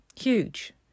Huge